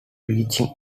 reaching